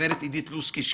גברת עידית לוסקי,